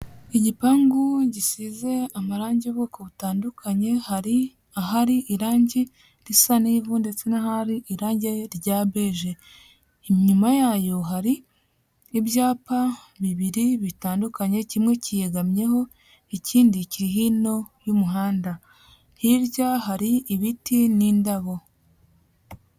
Igipangu gisize amarangi y'ubwoko butandukanye, hari ahari irangi risa n'ivu ndetse n'ahari irangi rya beje, inyuma yayo hari ibyapa bibiri bitandukanye, kimwe cyiyegamyeho ikindi kiri hino y'umuhanda, hirya hari ibiti n'indabo.